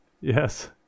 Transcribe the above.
Yes